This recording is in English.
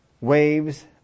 waves